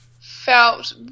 felt